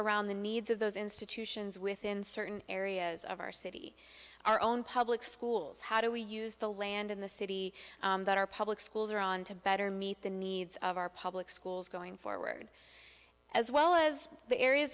around the needs of those institutions within certain areas of our city our own public schools how do we use the land in the city that our public schools are on to better meet the needs of our public schools going forward as well as the areas